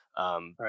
Right